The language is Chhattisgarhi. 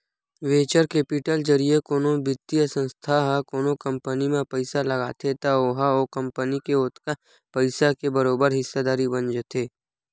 वेंचर केपिटल जरिए कोनो बित्तीय संस्था ह कोनो कंपनी म पइसा लगाथे त ओहा ओ कंपनी के ओतका पइसा के बरोबर हिस्सादारी बन जाथे